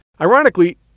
Ironically